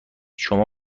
شما